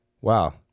Wow